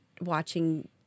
watching